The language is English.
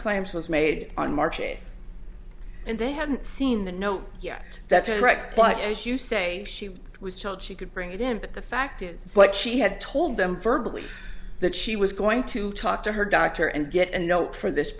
claims was made on march eighth and they haven't seen the note yet that's correct but as you say she was told she could bring it in but the fact is what she had told them verbal that she was going to talk to her doctor and get a note for this